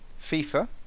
FIFA